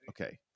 okay